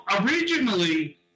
originally